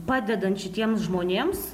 padedant šitiems žmonėms